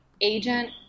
agent